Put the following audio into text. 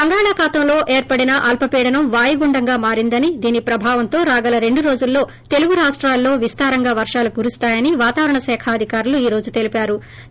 బంగాళాఖాతంలో అల్సపీడనం వాయుగుండంగా మారిందని దీని ప్రభావంతో రాగల రెందు రోజుల్లో తెలుగు రాష్టాల్లో విస్తారంగా వర్గాలు కురుస్తాయని వాతావరణ శాఖ అధికారులు ఈ రోజు తెలివేరు